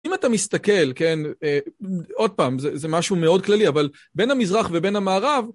אם אתה מסתכל, כן, עוד פעם, זה משהו מאוד כללי, אבל בין המזרח ובין המערב...